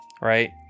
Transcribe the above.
right